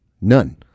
None